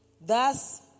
Thus